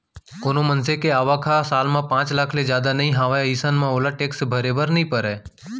कोनो मनसे के आवक ह साल म पांच लाख ले जादा नइ हावय अइसन म ओला टेक्स भरे बर नइ परय